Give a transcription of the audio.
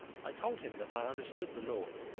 i told him that i understood the laws,